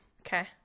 okay